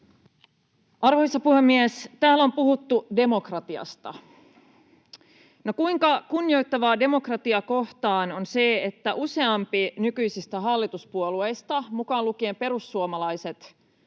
Arvoisa puhemies! Täällä on puhuttu demokratiasta. No, kuinka kunnioittavaa on demokratiaa kohtaan se, että useampi nykyisistä hallituspuolueista, mukaan lukien perussuomalaiset,